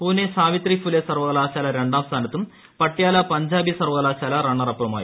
പുനെ സാവിത്രി ഫുലെ സർവകലാശാല രണ്ടാം സ്ഥാനത്തും പട്യാല പഞ്ചാബി സർവകലാശാല റണ്ണർ അപ്പുമായി